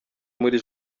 muri